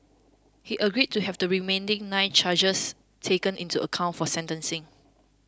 he agreed to have the remaining nine charges taken into account for sentencing